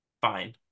fine